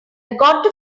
gotta